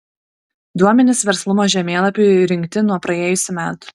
duomenys verslumo žemėlapiui rinkti nuo praėjusių metų